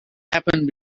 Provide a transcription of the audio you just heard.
happened